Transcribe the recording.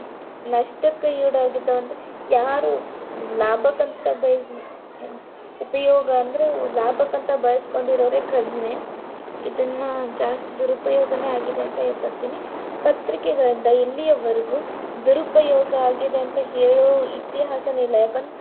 ನಷ್ಟಕಯುಡಾಗಿದ್ ಒಂದು ಯಾರು ಲಾಭಕ್ಕಂತ ಬೇಸ್ ಉಪಯೋಗ ಅಂದರೆ ಲಾಭಕ್ಕಂತ ಬಳಸ್ಕೊಂಡಿರೋರೆ ಕಡಿಮೆ ಇದನ್ನು ಜಾಸ್ತಿ ದುರುಪಯೋಗನೆ ಆಗಿದೆ ಅಂತ ಹೇಳಪಡ್ತೀನಿ ಪತ್ರಿಕೆಗಳಿಂದ ಇಲ್ಲಿಯವರೆಗೂ ದುರುಪಯೋಗ ಆಗಿದೆ ಅಂತ ಹೇಳೋ ಇತಿಹಾಸನೆ ಇಲ್ಲ ಯಕಂ